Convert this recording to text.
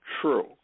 true